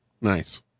Nice